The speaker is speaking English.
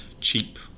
cheap